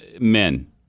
men